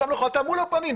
שם לך אותה מול הפנים,